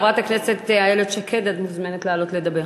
חברת הכנסת איילת שקד, את מוזמנת לעלות לדבר.